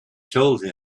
told